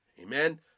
Amen